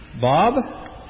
Bob